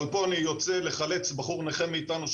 אבל פה אני יוצא לחלץ בחור נכה מאתנו,